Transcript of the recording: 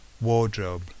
wardrobe